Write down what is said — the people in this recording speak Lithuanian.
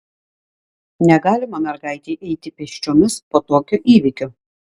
negalima mergaitei eiti pėsčiomis po tokio įvyko